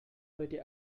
heute